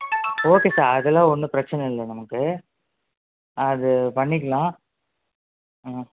okay sir அதெல்லாம் ஒன்றும் பிரச்சனை இல்லை நமக்கு அது பண்ணிக்கலாம் ம்